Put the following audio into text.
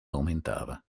aumentava